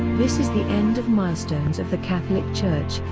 this is the end of milestones of the catholic church,